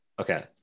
okay